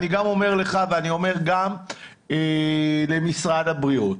אני גם אומר לך ואני אומר גם למשרד הבריאות,